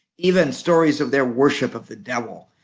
even stories of their worship of the devil,